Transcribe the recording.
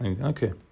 Okay